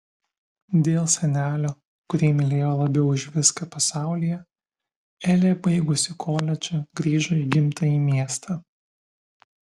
dėl senelio kurį mylėjo labiau už viską pasaulyje elė baigusi koledžą grįžo į gimtąjį miestą